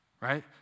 right